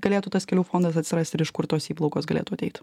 galėtų tas kelių fondas atsirast ir iš kur tos įplaukos galėtų ateit